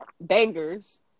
Bangers